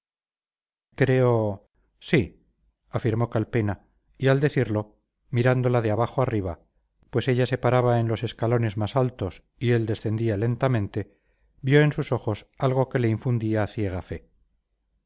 creo sí afirmó calpena y al decirlo mirándola de abajo arriba pues ella se paraba en los escalones más altos y él descendía lentamente vio en sus ojos algo que le infundía ciega fe